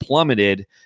plummeted